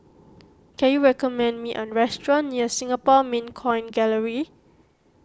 can you recommend me a restaurant near Singapore Mint Coin Gallery